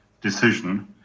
decision